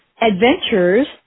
adventures